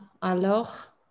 alors